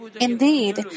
Indeed